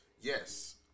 Yes